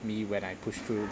me when I pushed through